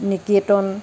নিকেতন